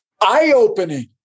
eye-opening